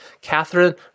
Catherine